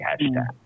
hashtag